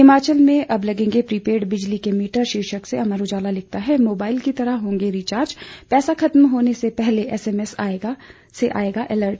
हिमाचल में अब लगेंगे प्रीपेड बिजली के मीटर शीर्षक से अमर उजाला लिखता है मोबाइल की तरह होंगे रिचार्ज पैसा खत्म होने से पहले एसएमएस से आएगा अलर्ट